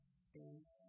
space